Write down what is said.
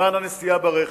בזמן הנסיעה ברכב.